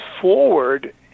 forward